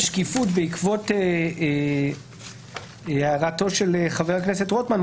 בעקבות הערתו של חבר הכנסת רוטמן,